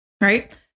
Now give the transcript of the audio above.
Right